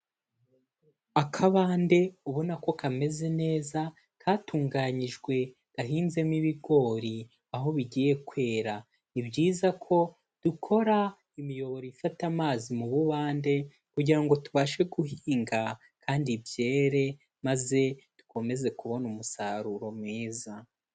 Akabande ubona ko kameze neza katunganyijwe gahinzemo ibigori aho bigiye kwera, ni byiza ko dukora imiyoboro ifata amazi mu bubande kugira ngo tubashe guhinga kandi byere maze dukomeze kubona umusaruro mwiza.